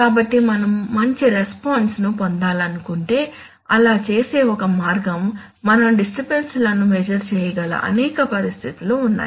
కాబట్టి మనం మంచి రెస్పాన్స్ ను పొందాలనుకుంటే అలా చేసే ఒక మార్గం మనం డిస్టర్బన్స్ లను మెస్సుర్ చేయగల అనేక పరిస్థితులు ఉన్నాయి